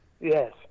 Yes